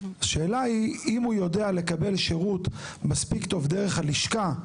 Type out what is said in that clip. השאלה היא: אם הוא יודע לקבל שירות מספיק טוב דרך הלשכה,